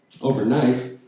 overnight